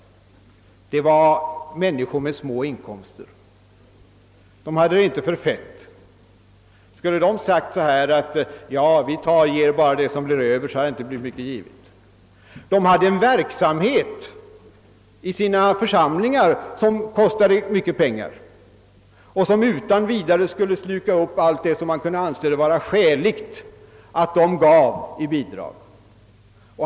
De var människor med små inkomster. Skulle de ha sagt att de bara skulle ge det som blir över när alla andra önskemål uppfylls då skulle det inte blivit stora gåvor. De hade dessutom en verksamhet i sina församlingar som kostade mycket pengar och som utan vidare skulle slukat upp allt som man kunde anse vara skäligt att de gav i bidrag.